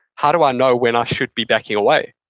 how do i know when i should be backing away?